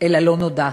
אל הלא-נודע.